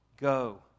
Go